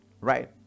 Right